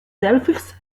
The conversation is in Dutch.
zelvers